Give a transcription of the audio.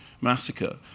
massacre